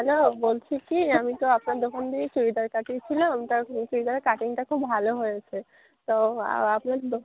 hello বলছি কি আমি তো আপনার দোকান থেকেই সোয়েটার কাটিয়েছিলাম তার সোয়েটার কাটিংটা খুব ভালো হয়েছে তো আপনারো